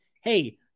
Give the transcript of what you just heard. Hey